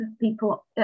people